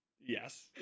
Yes